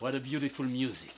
what a beautiful music